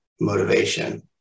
motivation